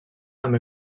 amb